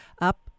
up